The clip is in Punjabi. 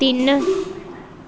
ਤਿੰਨ